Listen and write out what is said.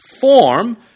form